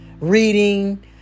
reading